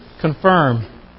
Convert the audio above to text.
confirm